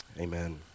amen